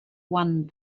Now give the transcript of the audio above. one